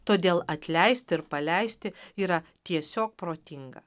todėl atleisti ir paleisti yra tiesiog protinga